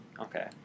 Okay